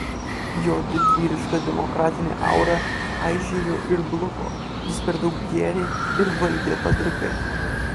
jo didvyriška demokratinė aura aižėjo ir bluko jis per daug gėrė ir valdė padrikai